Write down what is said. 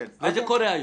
זה קורה,